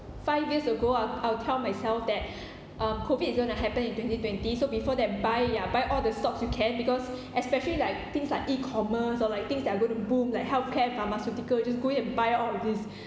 five years ago I'll I'll tell myself that uh COVID is going to happen in twenty twenty so before that buy ya buy all the stocks you can because especially like things like e-commerce or like things that are going to boom like healthcare pharmaceutical just go and buy all of these